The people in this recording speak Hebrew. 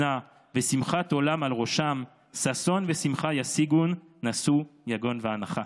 ושמחת עולם על ראשם ששון ושמחה ישיגון נסו יגון ואנחה".